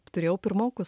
turėjau pirmokus